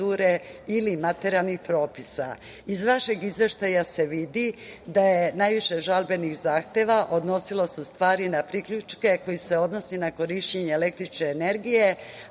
ili materijalnih propisa. Iz vašeg izveštaja se vidi da je najviše žalbenih zahteva se odnosilo na priključke koji se odnose na korišćenje električne energije,